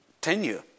tenure